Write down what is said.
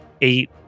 eight